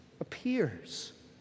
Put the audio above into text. appears